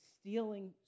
stealing